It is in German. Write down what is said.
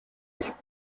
ich